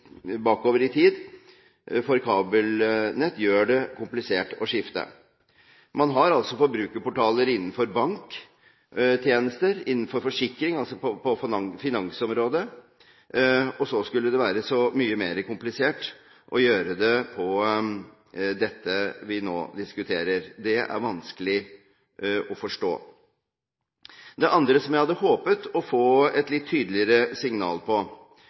bakover i tid for kabelnett, gjør det komplisert å skifte. Man har altså forbrukerportaler innenfor banktjenester, innenfor forsikring, altså på finansområdet, og så skulle det være så mye mer komplisert å gjøre det på det feltet vi nå diskuterer. Det er vanskelig å forstå. Det andre som jeg hadde håpet å få et litt tydeligere signal på,